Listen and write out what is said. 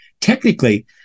Technically